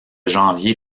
janvier